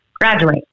graduate